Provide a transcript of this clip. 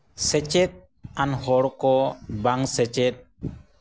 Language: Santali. ᱥᱮᱪᱮᱫ ᱟᱱ ᱦᱚᱲ ᱠᱚ ᱵᱟᱝ ᱥᱮᱪᱮᱫ